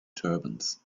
turbans